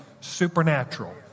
supernatural